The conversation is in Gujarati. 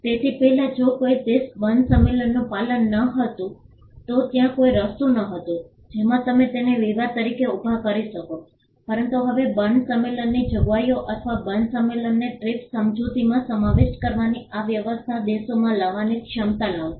તેથી પહેલાં જો કોઈ દેશ બર્ન સંમેલનનું પાલન ન કરતું હોત તો ત્યાં કોઈ રસ્તો ન હતો જેમાં તમે તેને વિવાદ તરીકે ઉભા કરી શકો પરંતુ હવે બર્ને સંમેલનની જોગવાઈઓ અથવા બર્ન સંમેલનને ટ્રીપ્સ સમજૂતીમાં સમાવિષ્ટ કરવાની આ વ્યવસ્થા દેશોમાં લાવવાની ક્ષમતા લાવશે